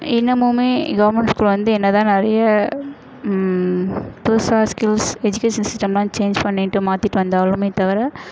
இன்னமுமே government school வந்து என்னதான் நிறையா புதுசாக ஸ்கில்ஸ் எஜுகேஷன் சிஸ்டம்லாம் சேன்ஜ் பண்ணிகிட்டு மாற்றிட்டு வந்தாலுமே தவிர